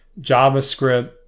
JavaScript